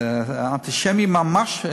אנטישמי ממש,